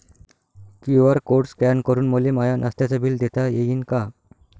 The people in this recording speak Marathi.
क्यू.आर कोड स्कॅन करून मले माय नास्त्याच बिल देता येईन का?